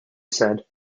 said